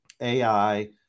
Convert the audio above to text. AI